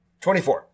24